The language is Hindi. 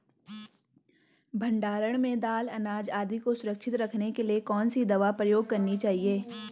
भण्डारण में दाल अनाज आदि को सुरक्षित रखने के लिए कौन सी दवा प्रयोग करनी चाहिए?